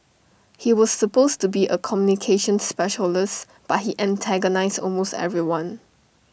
he was supposed to be A communications specialist but he antagonised almost everyone